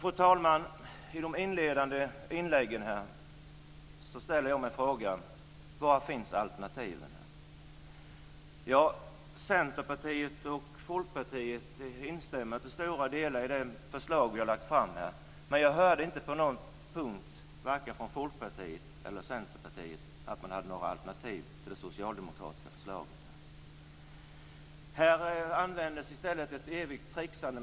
Efter att ha lyssnat till de inledande inläggen ställer jag mig frågan: Var finns alternativen? I Centerpartiet och Folkpartiet instämmer man till stora delar i det förslag som vi har lagt fram. Men inte på någon punkt hörde jag att man hade några alternativ till det socialdemokratiska förslaget, vare sig från Centern eller från Folkpartiet.